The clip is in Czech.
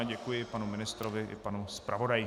Děkuji panu ministrovi i panu zpravodaji.